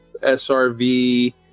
SRV